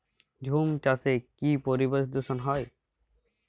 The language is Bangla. ঝুম চাষে কি পরিবেশ দূষন হয়?